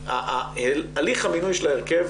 הליך המינוי של ההרכב